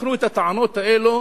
אנחנו, את הטענות האלו